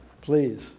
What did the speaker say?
please